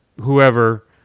whoever